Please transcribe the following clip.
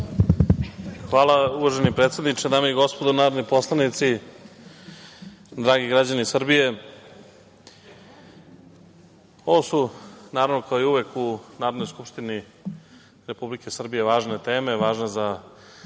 Hvala, uvaženi predsedniče. Dame i gospodo narodni poslanici, dragi građani Srbije, ovo su, naravno, kao i uvek u Narodnoj skupštini Republike Srbije važne teme, važne za